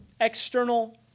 external